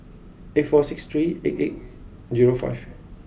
eight four six three eight eight zero five